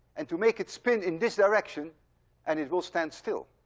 and to make it spin in this direction and it will stand still.